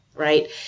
Right